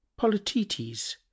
Polytetes